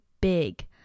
big